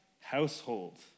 household